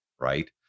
Right